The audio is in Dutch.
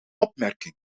opmerking